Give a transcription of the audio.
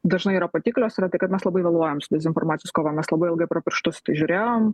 dažnai yra patiklios yra tai kad mes labai vėluojam su dezinformacijos kova mes labai ilgai pro pirštus į tai žiūrėjom